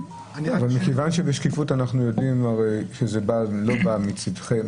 אבל מכיוון שבשקיפות אנחנו יודעים הרי שזה לא בא מצידכם,